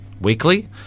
weekly